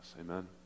Amen